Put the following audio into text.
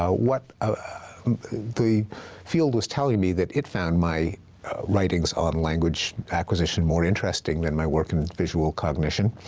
um what ah the field was telling me, that it found my writings on language acquisition more interesting than my work in and visual cognition.